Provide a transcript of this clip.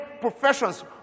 professions